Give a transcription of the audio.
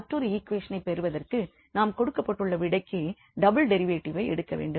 மற்றொரு ஈக்வேஷனைப் பெறுவதற்கு நாம் கொடுக்கப்பட்டுள்ள விடைக்கு டபுள் டெரிவேட்டிவ்வை எடுக்க வேண்டும்